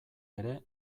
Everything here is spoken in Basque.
ere